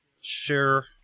sure